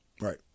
Right